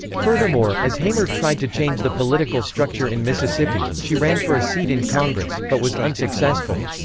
furthermore, as hamer tried to change the political structure in mississippi, she ran for a seat in congress, but was unsuccessful.